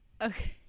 Okay